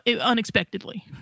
unexpectedly